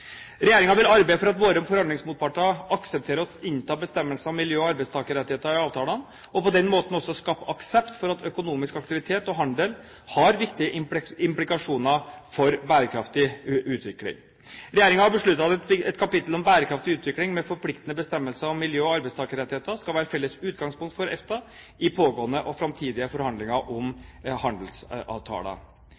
vil arbeide for at våre forhandlingsmotparter aksepterer å innta bestemmelser om miljø og arbeidstakerrettigheter i avtalene og på denne måten skape aksept for at økonomisk aktivitet og handel har viktige implikasjoner for bærekraftig utvikling. Regjeringen har besluttet at et kapittel om bærekraftig utvikling med forpliktende bestemmelser om miljø og arbeidstakerrettigheter skal være felles utgangspunkt for EFTA i pågående og framtidige forhandlinger om